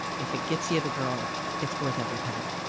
if it gets you the girl, it's worth every penny.